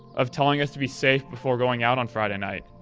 of telling us to be safe before going out on friday night,